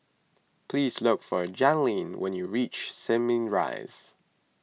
please look for Jailene when you reach Simei Rise